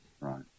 right